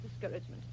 discouragement